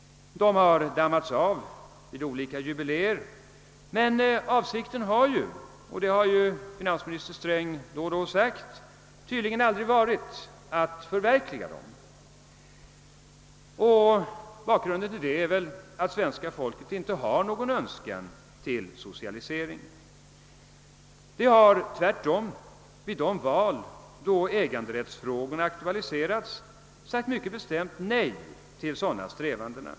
De har dammats av vid olika jubiléer men avsikten har ju — vilket finansminister Sträng då och då sagt — tydligen aldrig varit att förverkliga dem. Bakgrunden till detta är väl att det svenska folket inte har någon önskan om socialisering. Det har tvärtom vid de val då äganderättsfrågorna aktualiserats sagt mycket bestämt nej till sådana strävanden.